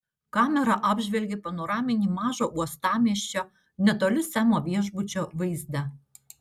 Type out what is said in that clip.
kamera apžvelgė panoraminį mažo uostamiesčio netoli semo viešbučio vaizdą